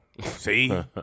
See